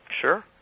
Sure